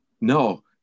No